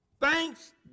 Thanks